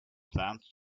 plant